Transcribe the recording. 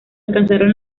alcanzaron